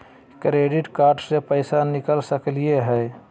Credit card से पैसा निकल सकी हय?